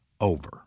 over